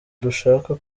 dushaka